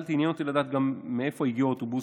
והסתכלתי ועניין אותי לדעת גם מאיפה הגיעו האוטובוסים.